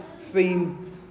theme